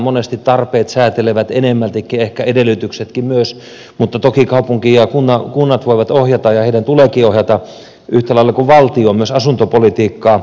monesti tarpeet säätelevät enemmältikin ehkä edellytyksetkin myös mutta toki kaupungit ja kunnat voivat ohjata ja niiden tuleekin ohjata yhtä lailla kuin valtion myös asuntopolitiikkaa